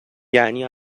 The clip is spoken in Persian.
یعنی